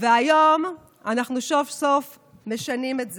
והיום אנחנו סוף-סוף משנים את זה.